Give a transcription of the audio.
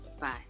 bye